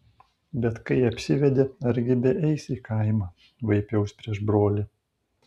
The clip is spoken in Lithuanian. bet kai apsivedė argi beeis į kaimą vaipiaus prieš brolį